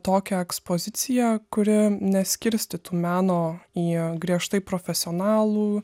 tokią ekspoziciją kuri neskirstytų meno į griežtai profesionalų